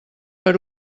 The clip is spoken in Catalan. per